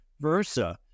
versa